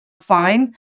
fine